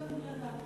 בלשון בני-אדם.